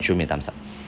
show me a thumbs up